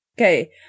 Okay